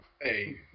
Hey